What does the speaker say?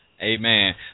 Amen